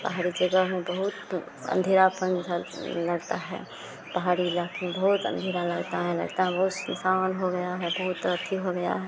पहाड़ी जगह में बहुत अन्धेरापन झल लगता है पहाड़ी इलाके में बहुत अन्धेरा लगता है लगता है बहुत सुनसान हो गया है बहुत अथी हो गया है